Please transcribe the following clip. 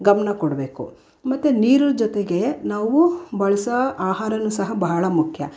ಗಮನ ಕೊಡಬೇಕು ಮತ್ತು ನೀರು ಜೊತೆಗೆ ನಾವು ಬಳಸೋ ಆಹಾರವೂ ಸಹ ಬಹಳ ಮುಖ್ಯ